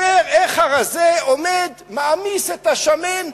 סיפר איך הרזה עומד, מעמיס את השמן וממש,